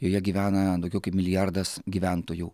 joje gyvena daugiau kaip milijardas gyventojų